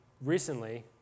recently